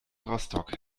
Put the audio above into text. rostock